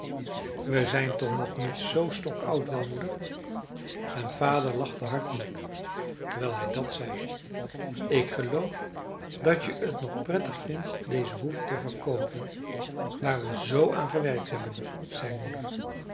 we zijn toch nog niet zoo stokoud wel moeder en vader lachte hartelijk terwijl hij dat zei ik geloof dat je t nog prettig vindt deze hoeve te verkoopen waar we zoo aan gewerkt hebben zei moeder